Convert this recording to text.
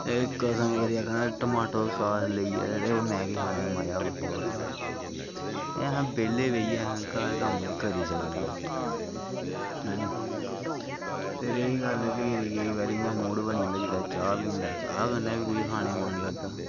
ते कसम करियै आखना टमाटो सास लेइयै ते मैगी खाने दा मजा गै कुछ होर होंदा अस बेह्ले बेहियै घर कम्म बी करी सकने आं हैनी ते रेही गल्ल फिर केईं बारी मूड़ बनी जंदा जेल्लै चाह् पीन दा चाह् कन्नै बी कुछ खाने गी मन करदा